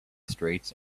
streets